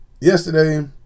yesterday